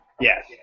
Yes